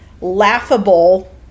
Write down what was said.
laughable